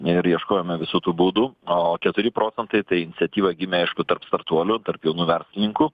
ir ieškojome visų tų būdų o keturi procentai ta iniciatyva gimė aišku tarp startuolių tarp jaunų verslininkų